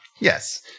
Yes